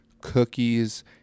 cookies